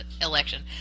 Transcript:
election